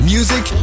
Music